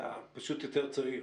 אתה פשוט יותר צעיר.